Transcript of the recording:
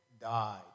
died